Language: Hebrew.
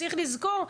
צריך לזכור,